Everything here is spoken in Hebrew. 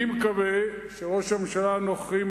אני מקווה שראש הממשלה הנוכחי,